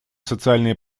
социальные